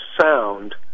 sound